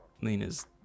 Lena's